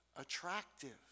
attractive